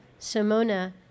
Simona